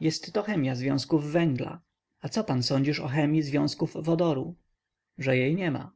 jestto chemia związków węgla a co pan sądzisz o chemii związków wodoru że jej niema